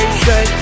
say